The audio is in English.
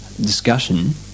discussion